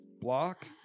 Block